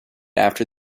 after